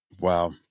Wow